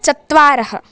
चत्वारः